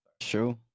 Sure